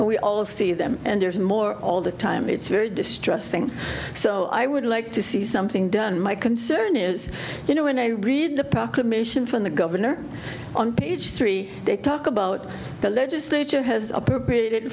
and we all see them and there's more all the time it's very distressing so i would like to see something done my concern is you know when i read the proclamation from the governor on page three they talk about the legislature has appropriate